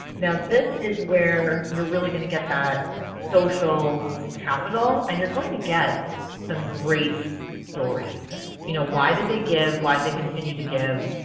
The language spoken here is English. now this is where you are really going to get that social capital and you are going to get some great stories. you know why did they give? why did they continue to give?